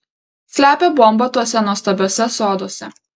slepia bombą tuose nuostabiuose soduose